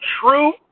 true